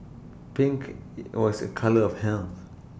pink was A colour of health